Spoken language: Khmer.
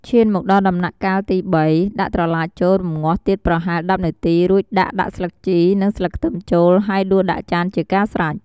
ឈានមកដល់ដំំណាក់កាលទី៣ដាក់ត្រឡាចចូល រម្ងាស់ទៀតប្រហែល ១០នាទី រួចដាក់ដាក់ស្លឹកជី និងស្លឹកខ្ទឹមចូល ហើយដួសដាក់ចានជាការស្រេច។